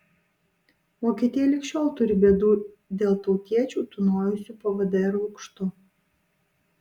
vokietija lig šiol turi bėdų dėl tautiečių tūnojusių po vdr lukštu